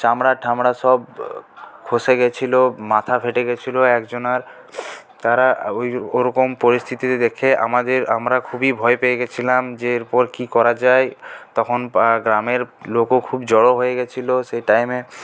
চামড়া ঠামড়া সব খসে গেছিল মাথা ফেটে গেছিল একজনার তারা ওই ওরকম পরিস্থিতি দেখে আমাদের আমরা খুবই ভয় পেয়ে গেছিলাম যে এরপর কি করা যায় তখন গ্রামের লোকও খুব জড়ো হয়ে গেছিল সে টাইমে